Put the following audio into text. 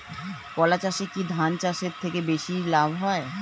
কলা চাষে কী ধান চাষের থেকে বেশী লাভ হয়?